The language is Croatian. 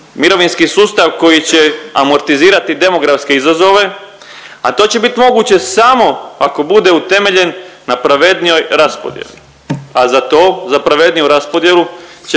Mirovinski sustav koji će amortizirati demografske izazove, a to će bit moguće samo ako bude utemeljen na pravednijoj raspodjeli,